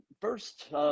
first